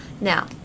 Now